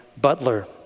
butler